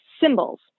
symbols